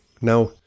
Now